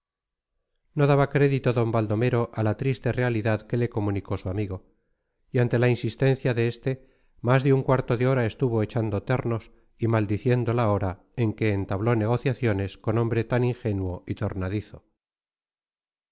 daba crédito d baldomero a la triste realidad que le comunicó su amigo y ante la insistencia de este más de un cuarto de hora estuvo echando ternos y maldiciendo la hora en que entabló negociaciones con hombre tan inseguro y tornadizo